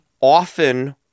often